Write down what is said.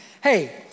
hey